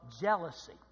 jealousy